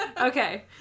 Okay